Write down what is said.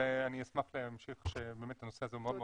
ואני אשמח להמשיך, באמת הנושא מאוד חשוב.